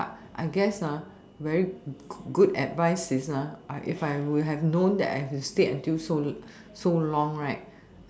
but I guess very good advice is I if I would have known that I'll have to stay until so so long right